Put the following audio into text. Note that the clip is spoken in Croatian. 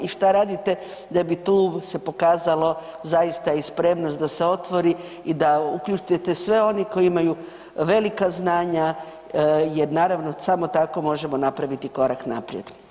I što radite da bi tu se pokazalo zaista i spremnost da se otvori i da se uključe svi oni koji imaju velika znanja, jer naravno samo tako možemo napraviti korak naprijed?